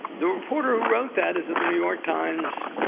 the reporter who wrote that is at the new york times.